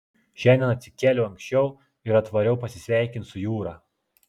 šiandien atsikėliau anksčiau ir atvariau pasisveikint su jūra